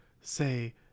Say